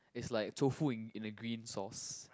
is like tofu in in a green sauce